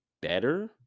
better